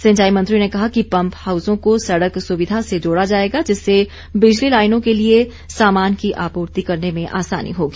सिंचाई मंत्री ने कहा कि पंप हाउसों को सड़क सुविधा से जोड़ा जाएगा जिससे बिजली लाईनों के लिए सामान की आपूर्ति करने में आसानी होगी